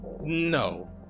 No